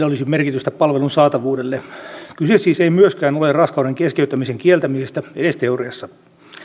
olisi merkitystä palvelun saatavuudelle kyse ei siis myöskään ole raskauden keskeyttämisen kieltämisestä edes teoriassa